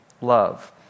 Love